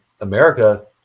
America